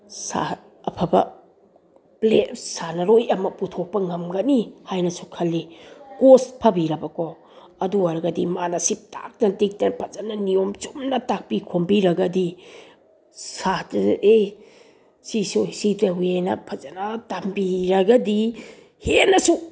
ꯑꯐꯕ ꯁꯥꯟꯅꯔꯣꯏ ꯑꯃ ꯄꯨꯊꯣꯛꯄ ꯉꯝꯒꯅꯤ ꯍꯥꯏꯅꯁꯨ ꯈꯜꯂꯤ ꯀꯣꯁ ꯐꯕꯤꯔꯕꯀꯣ ꯑꯗꯨ ꯑꯣꯏꯔꯒꯗꯤ ꯃꯥꯅ ꯁꯤ ꯇꯥꯛꯇꯅ ꯇꯤꯛꯇꯅ ꯐꯖꯅ ꯅꯤꯌꯣꯝ ꯆꯨꯝꯅ ꯇꯥꯛꯄꯤ ꯈꯣꯝꯕꯤꯔꯒꯗꯤ ꯁꯥꯇ꯭ꯔꯗ ꯑꯦ ꯁꯤ ꯁꯣꯏ ꯁꯤ ꯇꯧꯏꯑꯅ ꯐꯖꯅ ꯇꯝꯕꯤꯔꯒꯗꯤ ꯍꯦꯟꯅꯁꯨ